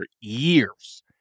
years